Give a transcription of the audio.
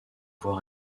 voies